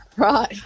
Right